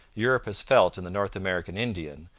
europe has felt in the north american indian,